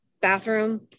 bathroom